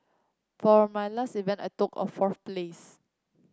for my last event I took a fourth place